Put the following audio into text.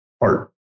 art